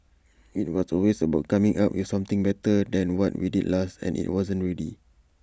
IT was always about coming up with something better than what we did last and IT wasn't ready